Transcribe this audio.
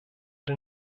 den